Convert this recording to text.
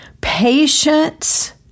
patience